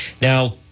Now